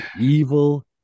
evil